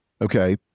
Okay